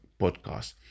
podcast